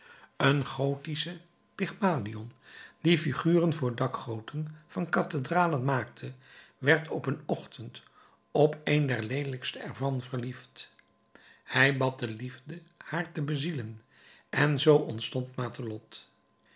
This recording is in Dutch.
een gothische pygmalion die figuren voor dakgoten van cathedralen maakte werd op een ochtend op een der leelijkste ervan verliefd hij bad de liefde haar te bezielen en zoo ontstond matelotte